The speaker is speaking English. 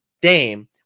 Dame